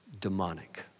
demonic